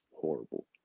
horrible